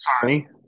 Sorry